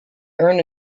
earn